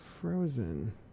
frozen